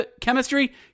chemistry